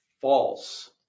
false